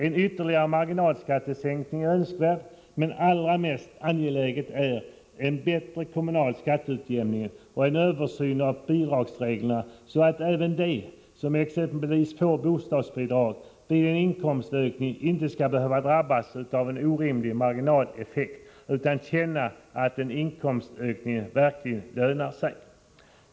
En ytterligare marginalskattesänkning är önskvärd, men allra mest angeläget är en bättre kommunal skatteutjämning och en översyn av bidragsreglerna, så att även exempelvis de som har bostadsbidrag vid en inkomstökning inte skall behöva drabbas av en orimlig marginaleffekt utan känna att en inkomstökning verkligen lönar sig.